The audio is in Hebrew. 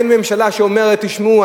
אין ממשלה שאומרת: תשמעו,